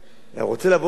ורוצה לבוא לים,